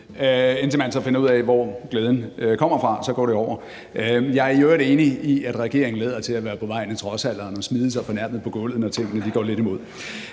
indtil man finder ud af, hvor glæden kommer fra, for så går det over. Jeg er i øvrigt enig i, at regeringen lader til at være på vej ind i trodsalderen og smider sig fornærmet på gulvet, når tingene går dem lidt imod.